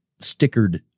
stickered